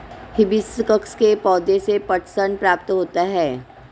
hibiscus के पौधे से पटसन प्राप्त होता है